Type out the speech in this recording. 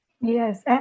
Yes